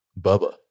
Bubba